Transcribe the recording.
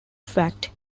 fact